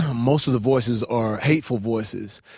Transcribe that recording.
most of the voices are hateful voices,